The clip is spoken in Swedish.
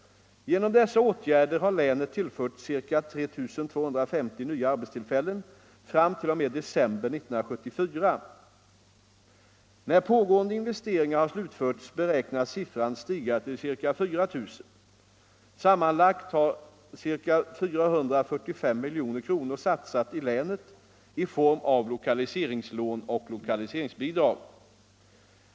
Genom dessa åtgärder har länet tillförts ca 3 250 nya arbetstillfällen fram t.o.m. december 1974. När pågående investeringar har slutförts beräknas siffran stiga till ca 4 000. Sammanlagt har ca 445 milj.kr. satsats i länet i form av lokaliseringslån och lokaliseringsbidrag.